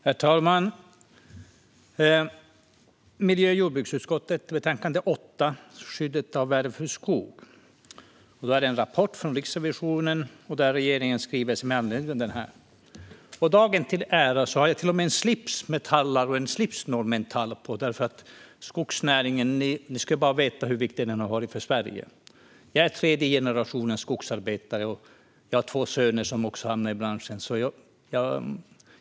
Herr talman! Vi debatterar miljö och jordbruksutskottets betänkande 8, Skyddet av värdefull skog . Det handlar om en rapport från Riksrevisionen och om regeringens skrivelse med anledning av den. Dagen till ära har jag till och med på mig en slips med tallar och en slipsnål med en tall. Ni skulle bara veta hur viktig skogsnäringen har varit för Sverige. Jag är tredje generationens skogsarbetare, och jag har två söner som hamnat i branschen.